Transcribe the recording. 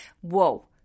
whoa